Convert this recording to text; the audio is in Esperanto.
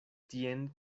tien